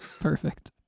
Perfect